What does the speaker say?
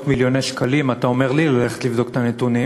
מיליוני שקלים אתה אומר לי ללכת לבדוק את הנתונים,